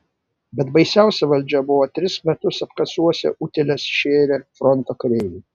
bet baisiausia valdžia buvo tris metus apkasuose utėles šėrę fronto kareiviai